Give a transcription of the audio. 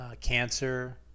cancer